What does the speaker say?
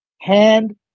Hand